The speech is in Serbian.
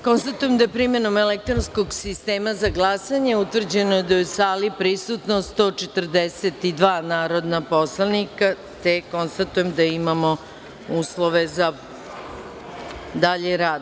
Konstatujem da je primenom elektronskog sistema za glasanje utvrđeno da su u sali prisutna 142 narodna poslanika, te konstatujem da imamo uslove za dalji rad.